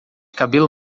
cabelo